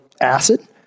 acid